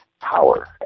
power